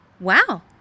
Wow